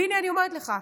והינה, אני אומרת לך,